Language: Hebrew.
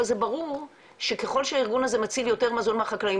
אבל זה ברור שככל שהארגון הזה מציל יותר מזון מהחקלאים,